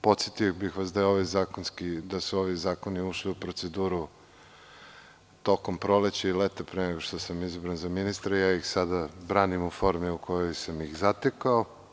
Podsetio bih vas da su ovi zakoni ušli u proceduru tokom proleća i leta pre nego što sam izabran za ministra i ja ih sada branim u formi u kojoj sam ih zatekao.